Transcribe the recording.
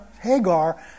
Hagar